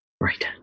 Right